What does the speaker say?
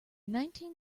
nineteen